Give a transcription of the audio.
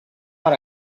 per